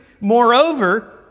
Moreover